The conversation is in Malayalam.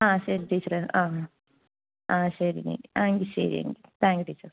ആ ശരി ടീച്ചറേ ആ ആ ശരി ആ എങ്കിൽ ശരി എങ്കിൽ താങ്ക്യൂ ടീച്ചർ